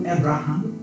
Abraham